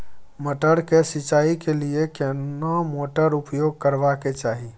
मटर के सिंचाई के लिये केना मोटर उपयोग करबा के चाही?